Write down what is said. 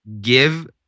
give